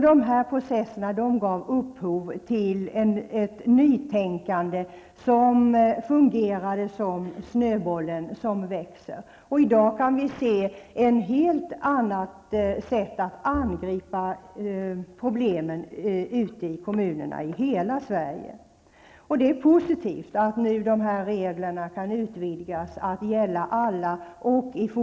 Dessa processer gav upphov till ett nytänkande som fungerade som snöbollen som växer. I dag kan vi se ett helt annat sätt att angripa problemen ute i kommunerna i hela Sverige. Det är positivt att dessa regler nu kan utvidgas till att gälla alla.